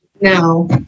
No